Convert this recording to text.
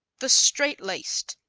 the straight-laced